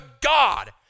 God